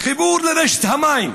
חיבור לרשת המים,